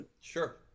sure